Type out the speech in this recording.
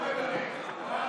תודה רבה.